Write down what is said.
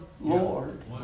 Lord